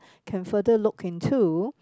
can further look into